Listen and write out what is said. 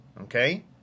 okay